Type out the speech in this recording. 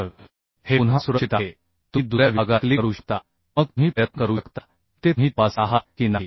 जर हे पुन्हा असुरक्षित आहे तुम्ही दुसऱ्या विभागात क्लिक करू शकता मग तुम्ही प्रयत्न करू शकता की ते तुम्ही तपासत आहात की नाही